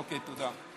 אוקיי, תודה.